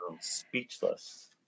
Speechless